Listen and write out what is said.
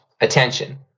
attention